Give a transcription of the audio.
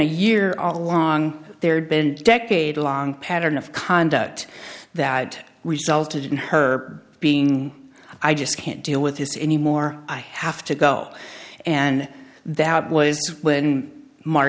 a year all along there'd been a decade long pattern of conduct that resulted in her being i just can't deal with this anymore i have to go and that was when m